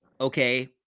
okay